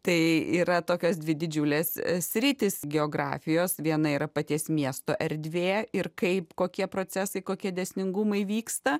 tai yra tokios dvi didžiulės sritys geografijos viena yra paties miesto erdvė ir kaip kokie procesai kokie dėsningumai vyksta